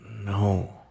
No